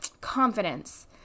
confidence